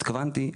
התכוונתי,